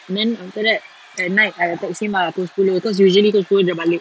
and then after that at night I text him ah pukul sepuluh cause usually dia dah balik